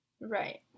Right